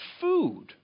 food